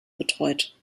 betreut